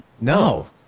No